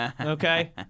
Okay